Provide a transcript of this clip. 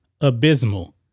abysmal